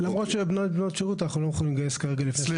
למרות שבני/בנות שירות אנחנו לא יכולים לגייס כרגע ---.